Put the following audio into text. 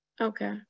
Okay